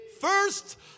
first